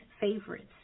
favorites